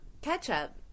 ketchup